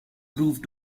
proved